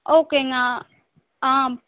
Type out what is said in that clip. ஓகேங்க ஆ